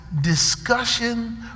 discussion